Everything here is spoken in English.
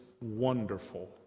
wonderful